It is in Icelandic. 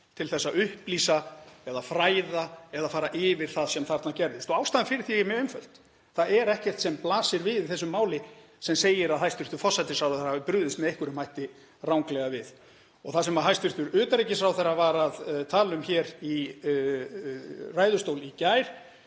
til að upplýsa eða fræða eða fara yfir það sem þarna gerðist. Ástæðan fyrir því er mjög einföld. Það er ekkert sem blasir við í þessu máli sem segir að hæstv. forsætisráðherra hafi brugðist með einhverjum hætti ranglega við. Það sem hæstv. utanríkisráðherra var að tala um hér í ræðustól í gær